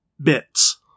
bits